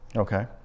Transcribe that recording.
Okay